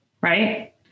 right